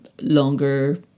longer